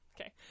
Okay